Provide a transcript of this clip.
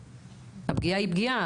הפגיעה היא פגיעה,